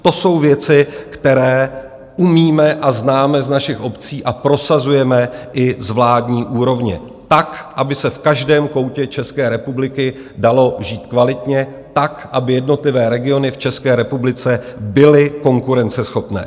To jsou věci, které umíme a známe z našich obcí a prosazujeme i z vládní úrovně tak, aby se v každém koutě České republiky dalo žít kvalitně, tak, aby jednotlivé regiony v České republice byly konkurenceschopné.